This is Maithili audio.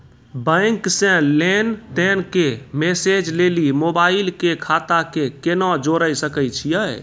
बैंक से लेंन देंन के मैसेज लेली मोबाइल के खाता के केना जोड़े सकय छियै?